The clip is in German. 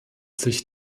sich